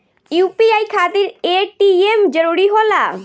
UPI खातिर ATM जरूरी होला?